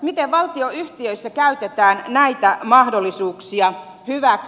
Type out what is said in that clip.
miten valtionyhtiöissä käytetään näitä mahdollisuuksia hyväksi